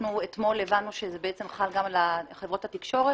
אתמול הבנו שזה בעצם חל גם על חברות התקשורת